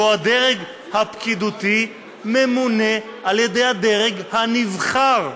שבו הדרג הפקידותי ממונה על ידי הדרג הנבחר,